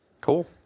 Cool